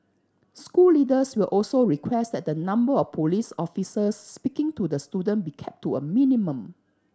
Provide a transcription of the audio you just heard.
school leaders will also request that the number of police officers speaking to the student be kept to a minimum